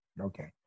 Okay